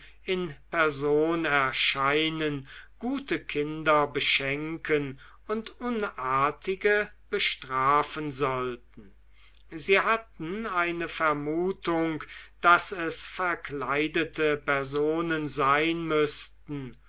in person erscheinen gute kinder beschenken und unartige bestrafen sollten sie hatten eine vermutung daß es verkleidete personen sein müßten